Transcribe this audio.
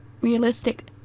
realistic